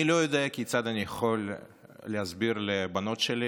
אני לא יודע כיצד אני יכול להסביר לבנות שלי